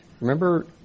Remember